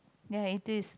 ya it is